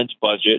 budget